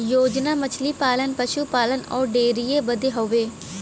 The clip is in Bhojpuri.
योजना मछली पालन, पसु पालन अउर डेयरीए बदे हउवे